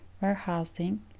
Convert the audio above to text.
warehousing